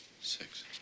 Six